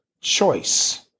choice